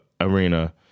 Arena